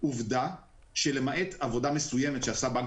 עובדה שלמעט עבודה מסוימת שעשה בנק